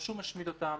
או שהוא משמיד אותן,